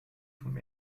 vom